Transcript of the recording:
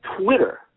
Twitter